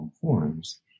forms